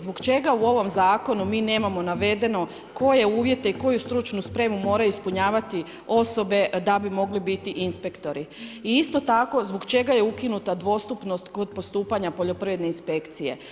Zbog čega u ovom zakonu mi nemamo navedeno koje uvjete i koju stručnu spremu moraju ispunjavati osobe da bi mogli biti inspektori i isto tako zbog čega je ukinuta dvostupnost kod postupanja Poljoprivredne inspekcije?